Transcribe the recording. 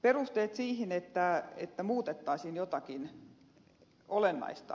perusteet siihen että muutettaisiin jotakin olennaista